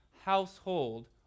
household